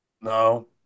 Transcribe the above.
No